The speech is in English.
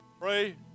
Pray